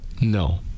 No